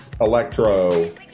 electro